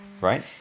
Right